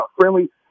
friendly